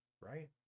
right